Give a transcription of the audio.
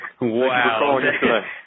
Wow